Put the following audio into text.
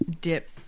Dip